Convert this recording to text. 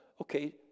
okay